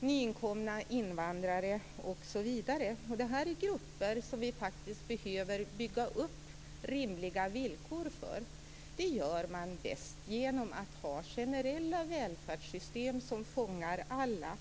nyinkomna invandrare osv. Det är grupper som vi faktiskt behöver bygga upp rimliga villkor för. Det gör man bäst genom att ha generella välfärdssystem som fångar alla.